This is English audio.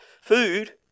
food